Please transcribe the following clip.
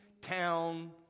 town